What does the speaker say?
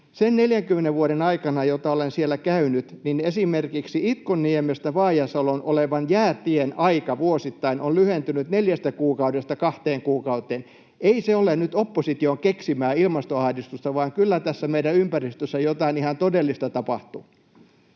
sen 40 vuoden aikana, kun olen siellä käynyt, esimerkiksi Itkonniemestä Vaajasaloon olevan jäätien aika vuosittain on lyhentynyt neljästä kuukaudesta kahteen kuukauteen. Ei se ole nyt opposition keksimää ilmastoahdistusta, vaan kyllä tässä meidän ympäristössä jotain ihan todellista tapahtuu.